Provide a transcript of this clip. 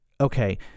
okay